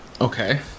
Okay